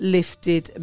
Lifted